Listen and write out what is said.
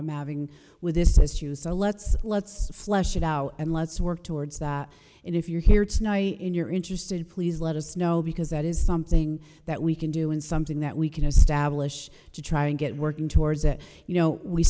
i'm having with this is you so let's let's flesh it out and let's work towards that and if you're here tonight and you're interested please let us know because that is something that we can do and something that we can establish to try and get working towards it you know we